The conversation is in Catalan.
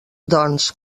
doncs